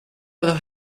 dos